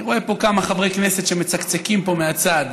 אני רואה פה כמה חברי כנסת שמצקצקים פה מהצד,